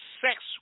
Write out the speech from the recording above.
sex